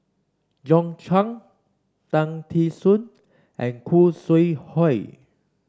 John Clang Tan Tee Suan and Khoo Sui Hoe